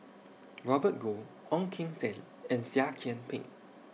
Robert Goh Ong Keng Sen and Seah Kian Peng